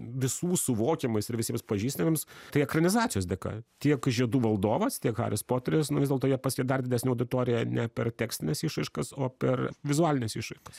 visų suvokiamais ir visiems pažįstamiems tai ekranizacijos dėka tiek žiedų valdovas tiek haris poteris vis dėlto jie pasiekė dar didesnę auditoriją ne per tekstines išraiškas o per vizualines išraiškas